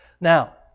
Now